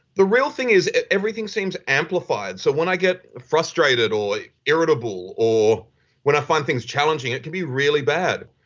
the real thing is everything seems amplified. so when i get frustrated or irritable or when i find things challenging, it can be really bad.